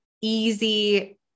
easy